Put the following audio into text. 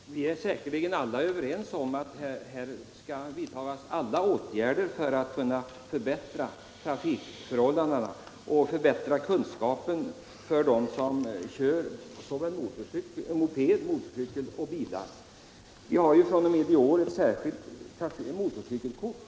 Herr talman! Vi är säkerligen överens om att här bör vidtas alla åtgärder för att förbättra trafikförhållandena och kunskaperna såväl hos dem som kör moped och motorcykel som hos dem som kör bil. Riksdagen har ju beslutat införa ett motorcykelkort.